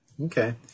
okay